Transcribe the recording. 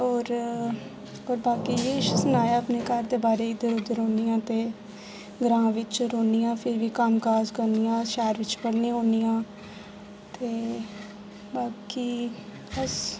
होर होर बाकी इ'यै किश सनाया अपने घर दे बारे च इद्धर उद्धर रौह्न्नी आं ते ग्रांऽ बिच्च रौह्न्नी आं फेर बी कम्म काज करनी आं शैह्र बिच्च पढ़नी होन्नी आं ते बाकी बस